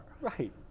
Right